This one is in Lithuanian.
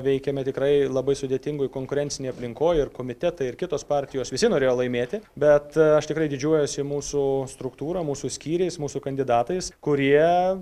veikiame tikrai labai sudėtingoj konkurencinėj aplinkoj ir komitetai ir kitos partijos visi norėjo laimėti bet aš tikrai didžiuojuosi mūsų struktūra mūsų skyriais mūsų kandidatais kurie